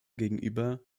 gegenüber